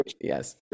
yes